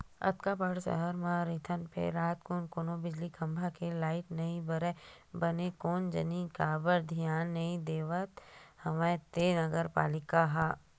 अतेक बड़ सहर म रहिथन फेर रातकुन कोनो बिजली खंभा म लाइट नइ बरय बने कोन जनी काबर धियान नइ देवत हवय ते नगर पालिका ह